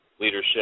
leadership